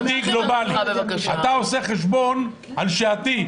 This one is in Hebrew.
אתה עושה חשבון על שעתי.